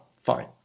fine